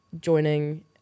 joining